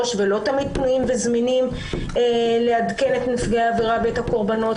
הראש ולא תמיד פנויים וזמינים לעדכן את נפגעי העבירה ואת הקורבנות.